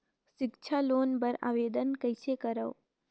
सिक्छा लोन बर आवेदन कइसे करव?